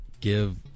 give